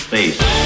Space